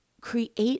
Create